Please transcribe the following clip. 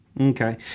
Okay